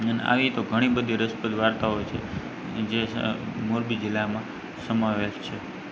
અને આવી તો ઘણી બધી રસપ્રદ વાર્તાઓ છે જે મોરબી જિલ્લામાં સમાવેશ છે